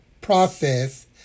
process